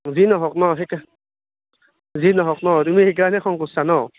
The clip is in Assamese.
যিয়ে নহওক ন' তুমি সেইকা যিয়ে নহওক ন' সেইকাৰণে খং কৰ্চা ন'